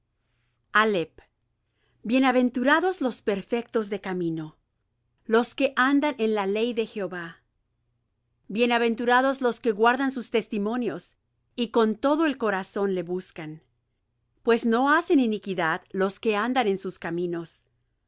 misericordia bienaventurados los perfectos de camino los que andan en la ley de jehová bienaventurados los que guardan sus testimonios y con todo el corazón le buscan pues no hacen iniquidad los que andan en sus caminos